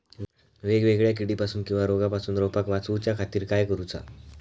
वेगवेगल्या किडीपासून किवा रोगापासून रोपाक वाचउच्या खातीर काय करूचा?